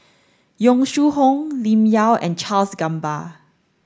Yong Shu Hoong Lim Yau and Charles Gamba